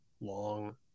long